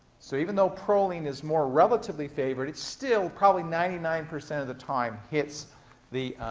so even though proline is more relatively favored, it's still probably ninety nine percent of the time hits the,